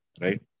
right